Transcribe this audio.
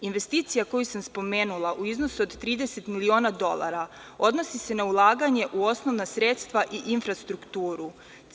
Investicija koju sam spomenula u iznosu od 30 miliona dolara odnosi se na ulaganje u osnovna sredstva i infrastrukturu.